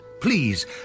Please